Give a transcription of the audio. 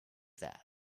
that